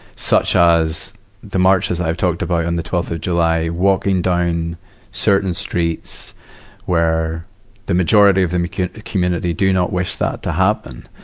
such as the marches i talked about on the twelfth of july, walking down certain streets where the majority of the community do not wish that to happen,